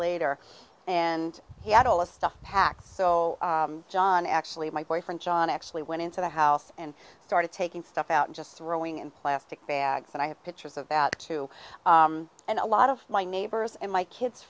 later and he had all the stuff packed so john actually my boyfriend john actually went into the house and started taking stuff out and just throwing in plastic bags and i have pictures of about two and a lot of my neighbors and my kids